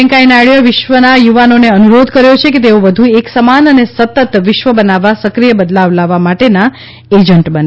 વેંકૈયા નાયડુએ વિશ્વના યુવાઓને અનુરોધ કર્યો છે કે તેઓ વધુ એક સમાન અને સતત વિશ્વ બનાવવા સક્રીય બદલાવ લાવવા માટેના એજન્ટ બને